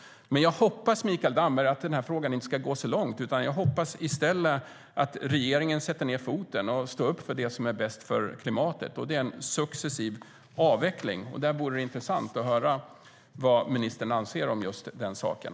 Jag hoppas, Mikael Damberg, att den här frågan inte ska gå så långt. Jag hoppas i stället att regeringen sätter ned foten och står upp för det som är bäst för klimatet. Det är en successiv avveckling. Det vore intressant att höra vad ministern anser om den saken.